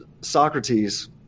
Socrates